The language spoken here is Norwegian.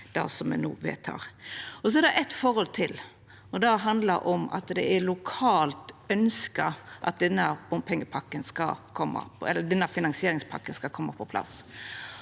det eitt forhold til, og det handlar om at det er ønskt lokalt at denne finansieringspakka skal koma på plass.